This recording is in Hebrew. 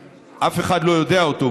אף אחד לא יודע אותו,